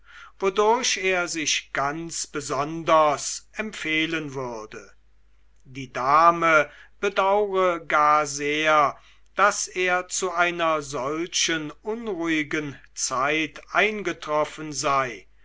wodurch er sich ganz besonders empfehlen würde die dame bedaure gar sehr daß er zu einer solchen unruhigen zeit eingetroffen sei